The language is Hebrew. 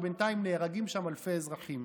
ובינתיים נהרגים שם אלפי אזרחים.